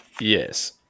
Yes